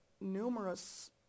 numerous